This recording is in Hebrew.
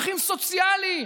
וערכים סוציאליים.